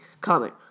comment